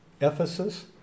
Ephesus